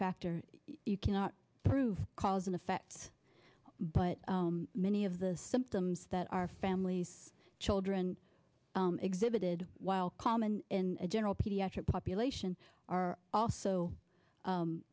factor you cannot prove cause and effect but many of the symptoms that our families children exhibited while common in general pediatric population are also